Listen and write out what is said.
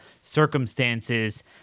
circumstances